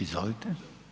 Izvolite.